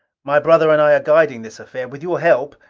my brother and i are guiding this affair. with your help,